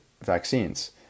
vaccines